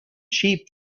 cheap